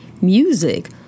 music